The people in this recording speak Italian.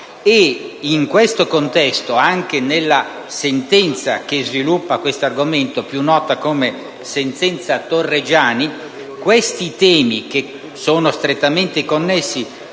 In questo contesto, anche nella sentenza che sviluppa tale argomento, più nota come sentenza Torreggiani, questi temi sono strettamente connessi